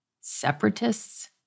Separatists